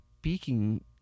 speaking